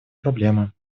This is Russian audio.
проблемы